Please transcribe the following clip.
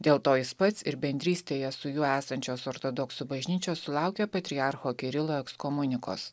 dėl to jis pats ir bendrystėje su juo esančios ortodoksų bažnyčios sulaukė patriarcho kirilo ekskomunikos